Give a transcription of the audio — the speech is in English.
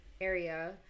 area